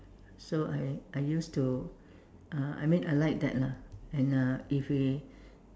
so I I used to uh I mean I like that lah and uh if we